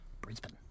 Brisbane